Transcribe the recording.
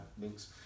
Links